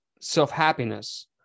self-happiness